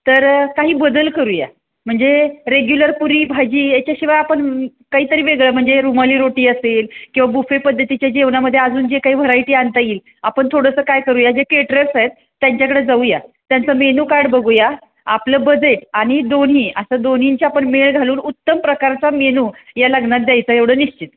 तर काही बदल करूया म्हणजे रेग्युलर पुरी भाजी याच्याशिवाय आपण काहीतरी वेगळं म्हणजे रुमाली रोटी असेल किंवा बुफे पद्धतीच्या जेवणामध्ये अजून जे काही व्हरायटी आणता येईल आपण थोडंसं काय करूया जे केटरर्स आहेत त्यांच्याकडे जाऊया त्यांचं मेनू कार्ड बघूया आपलं बजेट आणि दोन्ही असं दोन्हींची आपण मेळ घालून उत्तम प्रकारचा मेनू या लग्नात द्यायचा एवढं निश्चित